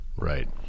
Right